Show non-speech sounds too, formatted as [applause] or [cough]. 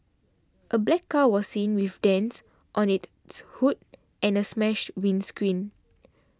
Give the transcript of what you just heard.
a black car was seen with dents on it [unintelligible] hood and a smashed windscreen